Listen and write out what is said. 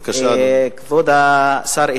כבוד השר.